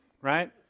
right